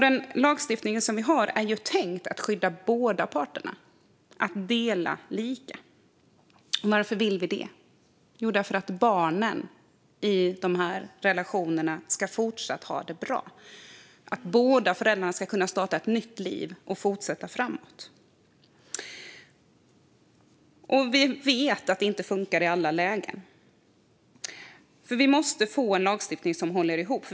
Den lagstiftning som vi har är tänkt att skydda båda parterna, som ska dela lika. Varför vill vi det? Jo, därför att barnen i de här relationerna fortsatt ska ha det bra och för att båda föräldrarna ska kunna starta ett nytt liv och fortsätta framåt. Vi vet att det inte funkar i alla lägen, och vi måste få en lagstiftning som håller ihop.